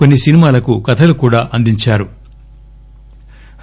కొన్ని సినిమాలకు కధలు కూడా అందించారు